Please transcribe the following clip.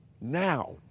Now